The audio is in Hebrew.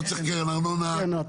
לא צריך קרן ארנונה --- כן,